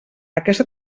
aquesta